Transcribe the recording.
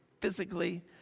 physically